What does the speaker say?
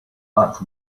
qatt